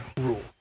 rule